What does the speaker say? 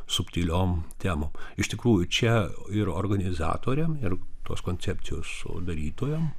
subtiliom temom iš tikrųjų čia ir organizatoriam ir tos koncepcijos sudarytojam